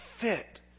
fit